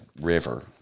river